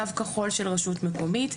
קו כחול של רשות מקומית,